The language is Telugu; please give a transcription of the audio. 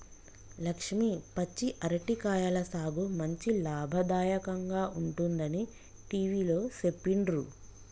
లక్ష్మి పచ్చి అరటి కాయల సాగు మంచి లాభదాయకంగా ఉంటుందని టివిలో సెప్పిండ్రు